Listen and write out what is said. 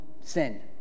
sin